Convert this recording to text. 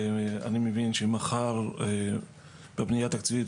ואני מבין שמחר בבנייה התקציבית,